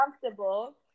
comfortable